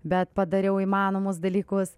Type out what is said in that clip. bet padariau įmanomus dalykus